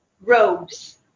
robes